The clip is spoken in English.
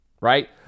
right